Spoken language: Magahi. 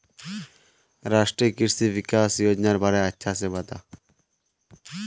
राष्ट्रीय कृषि विकास योजनार बारे अच्छा से बता